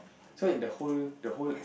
so that the whole the whole